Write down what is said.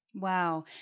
Wow